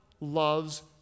loves